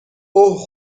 اوه